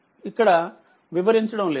నేను ఇక్కడ వివరించడం లేదు